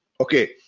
okay